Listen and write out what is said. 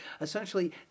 essentially